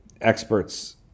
experts